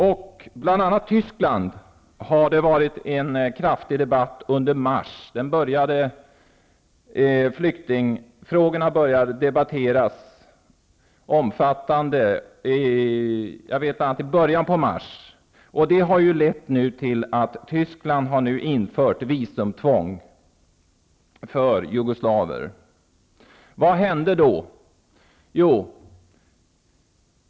I bl.a. Tyskland har det varit en omfattande debatt under mars. Det var i början av mars som debatten om flyktingfrågorna satte i gång. Det har nu lett till att Tyskland har infört visumtvång för jugoslaver. Vad hände då?